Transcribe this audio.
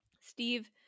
Steve